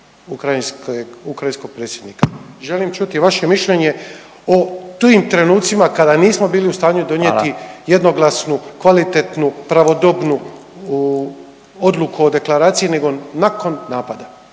ukrajinskog predsjednika. Želim čuti vaše mišljenje o tim trenucima kada nismo bili u stanju donijeti …/Upadica Radin: Hvala./… jednoglasnu kvalitetnu, pravodobnu odluku o deklaraciji nego nakon napada.